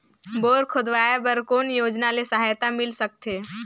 Bore खोदवाय बर कौन योजना ले सहायता मिल सकथे?